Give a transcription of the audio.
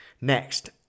Next